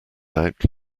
out